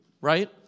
right